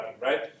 right